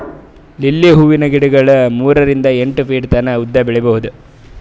lily ಹೂವಿನ ಗಿಡಗೊಳ್ ಮೂರಿಂದ್ ಎಂಟ್ ಫೀಟ್ ತನ ಉದ್ದ್ ಬೆಳಿಬಹುದ್